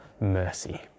mercy